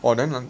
well then what